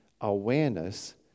awareness